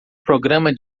programa